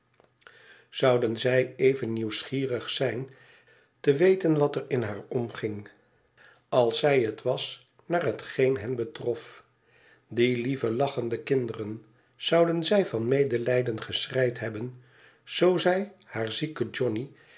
zouden zij even nieuwsgierig zijn te weten wat er in haar omging als zij het was naar hetgeen hen betrof die lieve lachende kinderen zouden zij van medelijden geschreid hebben zoo zij haar zieken johnny